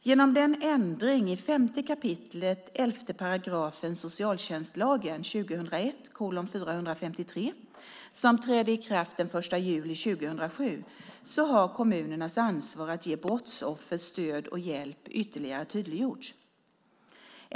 Genom den ändring i 5 kap. 11 § socialtjänstlagen som trädde i kraft den 1 juli 2007 har kommunernas ansvar att ge brottsoffer stöd och hjälp ytterligare tydliggjorts.